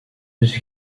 dus